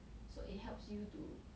so it helps